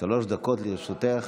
שלוש דקות לרשותך.